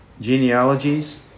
genealogies